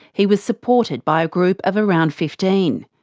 he was supported by a group of around fifteen.